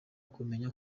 kumenya